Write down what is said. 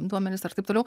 duomenis ar taip toliau